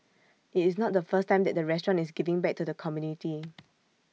IT is not the first time that the restaurant is giving back to the community